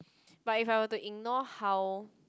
but if I were to ignore how